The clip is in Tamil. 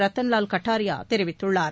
ரத்தன் வால் கட்டாரியா தெரிவித்துள்ளார்